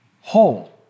whole